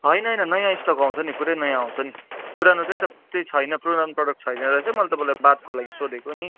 होइन होइन नयाँ स्टक आउँछ नि पुरै नयाँ आउँछ नि पुरानो त्यही त त्यही छैन पुरानो प्रोडक्ट छैन र चाहिँ मैले तपाईँलाई बादको लागि सोधेको नि